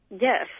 Yes